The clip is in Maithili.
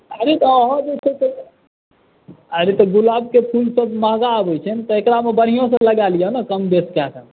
अरे अहाँ तऽ जे छै से अरे तऽ गुलाबके फूलसभ तऽ महँगा आबैत छै ने तऽ एकरामे बढ़िआँसे लगा लिअ ने कम बेस कए कऽ